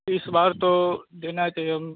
इस बार तो देना चाहिए हम